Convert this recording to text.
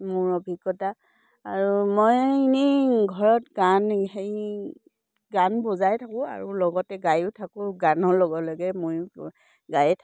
মোৰ অভিজ্ঞতা আৰু মই ইনেই ঘৰত গান হেৰি গান বজাই থাকোঁ আৰু লগতে গায়ো থাকোঁ গানৰ লগে লগে ময়ো গাই থাকোঁ